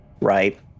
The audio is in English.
right